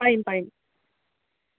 পাৰিম পাৰিম